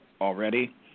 already